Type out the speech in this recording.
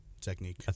Technique